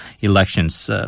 elections